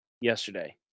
Yesterday